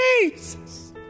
Jesus